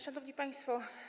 Szanowni Państwo!